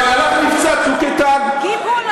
זה מה שהיה, במהלך מבצע "צוק איתן" גיבו.